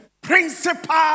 principal